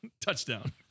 touchdown